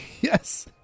Yes